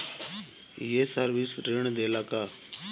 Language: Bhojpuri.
ये सर्विस ऋण देला का?